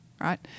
right